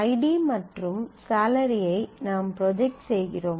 ID மற்றும் salary ஐ நாம் ப்ரொஜக்ட் செய்கிறோம்